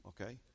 okay